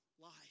life